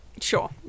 Sure